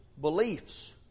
beliefs